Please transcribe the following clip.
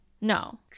No